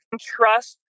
trust